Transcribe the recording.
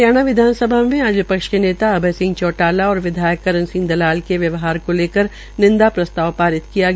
हरियाणा विधानसभा में आज विपक्ष के नेता अभय सिंह चौटाला और विधायक करण सिंह दलाल के व्यवहार को लेकर निंदा प्रस्ताव पारित किया गया